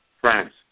France